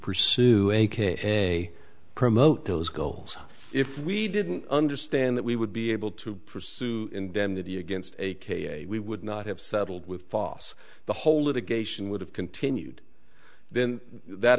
pursue a promote those goals if we didn't understand that we would be able to pursue indemnity against a k a we would not have settled with boss the whole litigation would have continued then that